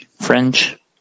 French